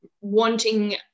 wanting